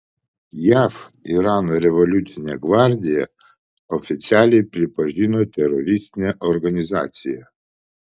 jav irano revoliucinę gvardiją oficialiai pripažino teroristine organizacija